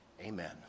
Amen